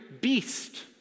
beast